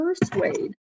persuade